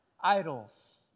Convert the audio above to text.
idols